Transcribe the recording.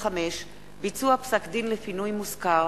64 והוראת שעה) (סדר דין פלילי וראיות),